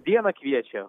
dieną kviečia